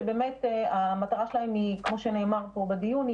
שבאמת המטרה שלהם היא כמו שנאמר פה בדיון,